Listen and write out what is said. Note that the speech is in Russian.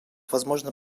возможно